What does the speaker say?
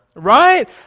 Right